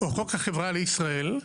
או "חוק החברה לישראל",